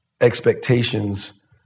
expectations